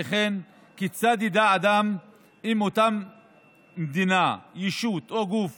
שכן כיצד ידע אדם אם אותם מדינה, ישות או גוף